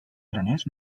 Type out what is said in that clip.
aranès